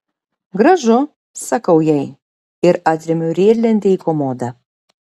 gražu sakau jai ir atremiu riedlentę į komodą